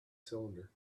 cylinder